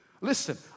listen